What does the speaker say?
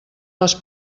les